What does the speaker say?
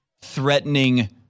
threatening